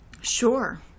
sure